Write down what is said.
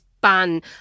ban